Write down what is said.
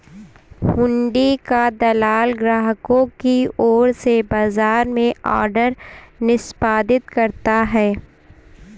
हुंडी का दलाल ग्राहकों की ओर से बाजार में ऑर्डर निष्पादित करता है